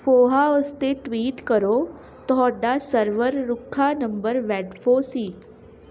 ਫੋਹਾ ਉਸ 'ਤੇ ਟਵੀਟ ਕਰੋ ਤੁਹਾਡਾ ਸਰਵਰ ਰੁੱਖਾ ਨੰਬਰ ਵੈਡਫੋ ਸੀ